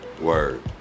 Word